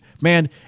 man